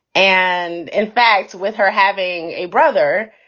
and in fact, with her having a brother,